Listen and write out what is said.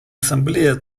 ассамблея